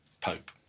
Pope